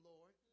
Lord